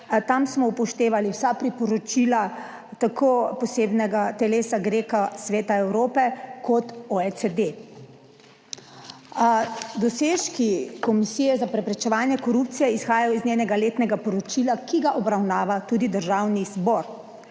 tam smo upoštevali vsa priporočila tako posebnega telesa Greca, Sveta Evrope kot OECD. Dosežki komisije za preprečevanje korupcije izhajajo iz njenega letnega poročila, ki ga obravnava tudi Državni zbor.